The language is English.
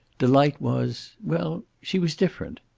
delight was well, she was different.